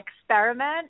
experiment